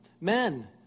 Men